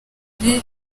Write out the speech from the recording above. imbere